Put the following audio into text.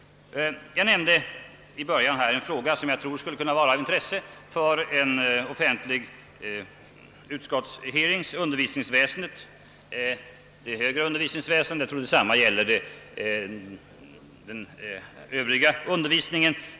Jag nämnde i början en fråga som jag tror skulle kunna vara av intresse för ett offentligt utskottsförhör, nämligen det högre undervisningsväsendet. Jag tror ait detsamma gäller även den övriga undervisningen.